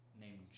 named